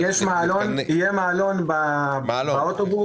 יש את האבטחה בבתי